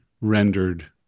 rendered